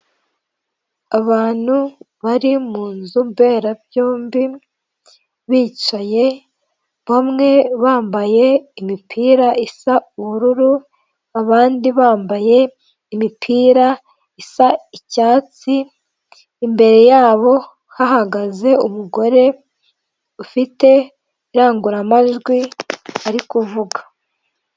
Abantu bari mu nzu mberabyombi bicaye, bamwe bambaye imipira isa ubururu, abandi bambaye imipira isa icyatsi, imbere yabo hahagaze umugore ufite indangururamajwi ari kuvuga.